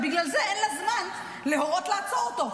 ובגלל זה אין לה זמן להורות לעצור אותו,